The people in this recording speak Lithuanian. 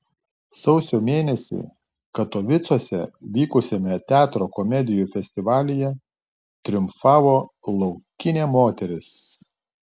sausio mėnesį katovicuose vykusiame teatro komedijų festivalyje triumfavo laukinė moteris